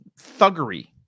thuggery